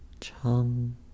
chum